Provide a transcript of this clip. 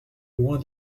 loin